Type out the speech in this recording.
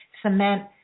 cement